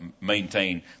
maintain